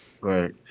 right